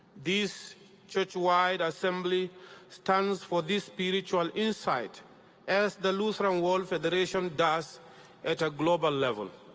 this churchwide assembly stands for this spiritual insight as the lutheran world federation does at a global level.